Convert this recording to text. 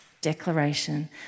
declaration